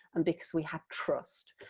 and because we had trust.